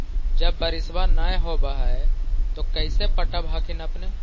जब बारिसबा नय होब है तो कैसे पटब हखिन अपने?